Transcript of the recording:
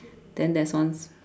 then there's one